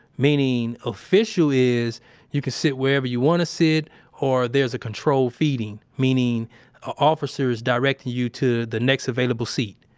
meaning official is you can sit wherever you want to sit or there's a controlled feeding, meaning officers directing you to the next available seat.